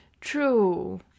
True